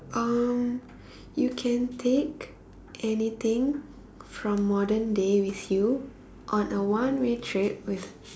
um you can take anything from modern day with you on a one way trip with